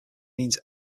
means